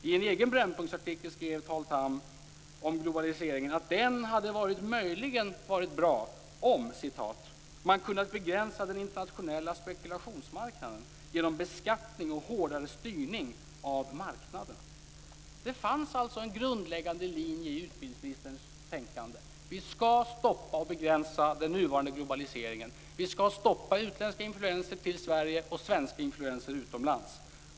I en egen Brännpunktsartikel skrev Carl Tham att globaliseringen möjligen hade varit bra om "man kunnat begränsa den internationella spekulationsmarknaden - genom beskattning och hårdare styrning av marknaderna". Det fanns alltså en grundläggande linje i utbildningsministerns tänkande: Vi skall stoppa och begränsa den nuvarande globaliseringen. Vi skall stoppa utländska influenser till Sverige och svenska influenser utomlands.